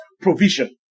provision